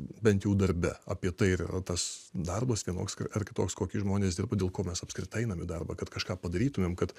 bent jau darbe apie tai ir yra tas darbas vienoks ar kitoks kokį žmonės dirba dėl ko mes apskritai einam į darbą kad kažką padarytumėm kad